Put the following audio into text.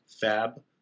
fab